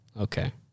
Okay